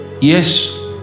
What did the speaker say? yes